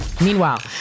Meanwhile